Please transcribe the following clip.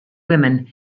women